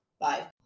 Bye